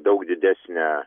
daug didesnę